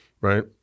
Right